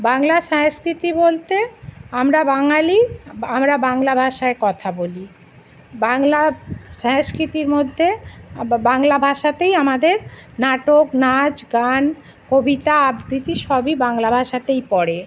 বাংলা সংস্কৃতি বলতে আমরা বাঙালি বা আমরা বাংলা ভাষায় কথা বলি বাংলা সংস্কৃতির মধ্যে বাংলা ভাষাতেই আমাদের নাটক নাচ গান কবিতা আবৃতি সবই বাংলা ভাষাতেই পড়ে